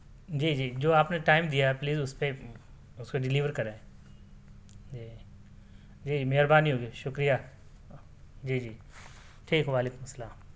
جی جی جو آپ نے ٹائم دیا ہے پلیز اس پہ اس کو ڈلیور کریں جی جی مہربانی ہوگی شکریہ جی جی ٹھیک وعلیکم السّلام